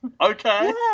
Okay